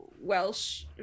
Welsh